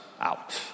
out